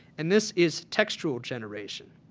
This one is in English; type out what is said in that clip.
and this is textural generation.